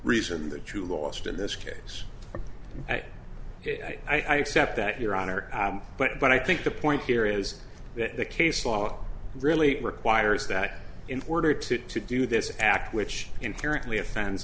reason that you lost in this case ok i accept that your honor but i think the point here is that the case law really requires that in order to to do this act which inherently offends